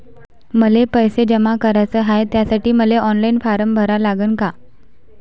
मले पैसे जमा कराच हाय, त्यासाठी मले ऑनलाईन फारम भरा लागन का?